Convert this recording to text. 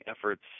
efforts